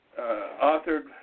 authored